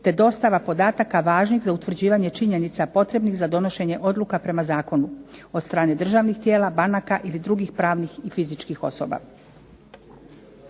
te dostava podataka važnih za utvrđivanje činjenica potrebnih za donošenje odluka prema zakonu od strane državnih tijela, banaka ili drugih pravnih i fizičkih osoba.